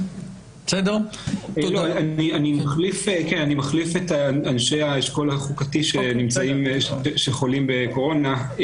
אני מחליף את אנשי האשכול החוקתי שחולים בקורונה.